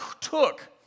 took